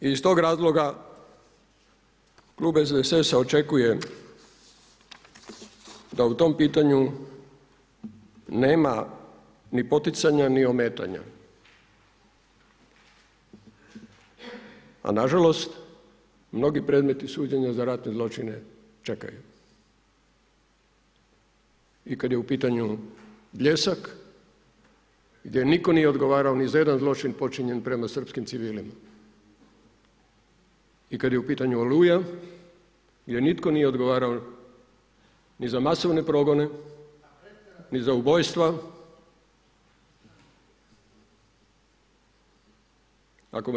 I iz tog razloga klub SDSS-a očekuje da u tom pitanju nema ni poticanja ni ometanja, a nažalost mnogi predmeti služenja za ratne zločine čekaju i kada je u pitanju Bljesak gdje nitko nije odgovarao ni za jedan zločin počinjen prema srpskim civilima i kad je u pitanju Oluja gdje nitko nije odgovarao ni za masovne progone ni za ubojstva.